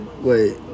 Wait